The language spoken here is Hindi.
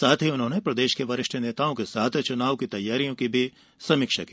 साथ ही उन्होंने प्रदेश के वरिष्ठ नेताओं के साथ चुनाव की तैयारियों की समीक्षा भी की